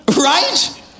Right